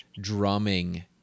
drumming